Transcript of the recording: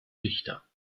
dichter